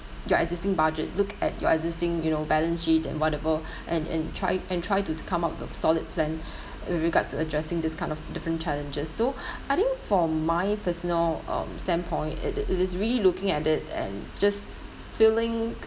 your existing budget look at your existing you know balance sheet and whatever and and try and try to to come up with solid plan in regards to addressing this kind of different challenges so I think from my personal um standpoint it it is really looking at it and just feeling